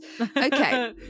Okay